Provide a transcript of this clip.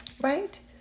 right